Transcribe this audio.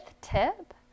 tip